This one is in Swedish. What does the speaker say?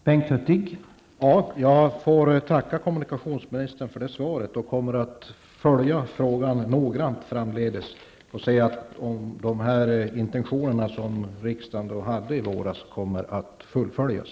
Herr talman! Jag tackar kommunikationsministern för detta svar. Jag kommer att framledes noggrant följa frågan för att se om riksdagens intertioner från i våras kommer att fullföljas.